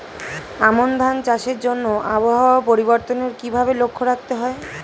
আমন ধান চাষের জন্য আবহাওয়া পরিবর্তনের কিভাবে লক্ষ্য রাখতে হয়?